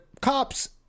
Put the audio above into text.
cops